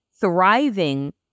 thriving